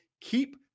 keep